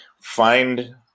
find